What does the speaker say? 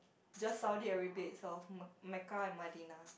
just Saudi Arabia itself Mecca and Medina